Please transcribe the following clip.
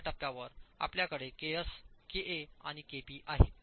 तर या टप्प्यावर आपल्याकडेके एस केए आणिकेपी आहेत